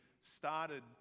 started